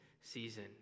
season